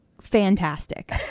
Fantastic